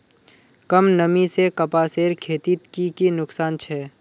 कम नमी से कपासेर खेतीत की की नुकसान छे?